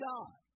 God